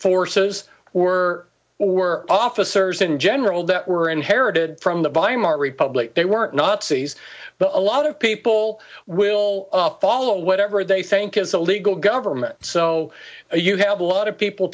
forces were were officers in general that were inherited from the weimar republic they weren't nazis but a lot of people will follow whatever they think is a legal government so you have a lot of people